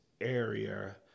area